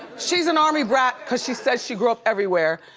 she's an army brat cause she said she grew up everywhere.